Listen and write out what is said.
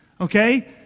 okay